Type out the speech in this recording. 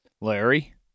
Larry